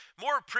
more